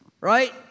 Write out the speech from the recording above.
right